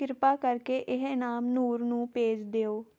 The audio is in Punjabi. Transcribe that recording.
ਕਿਰਪਾ ਕਰਕੇ ਇਹ ਇਨਾਮ ਨੂਰ ਨੂੰ ਭੇਜ ਦਿਓ